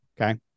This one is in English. okay